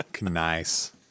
nice